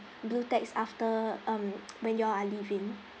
blue tacks after um when you all are leaving